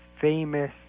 famous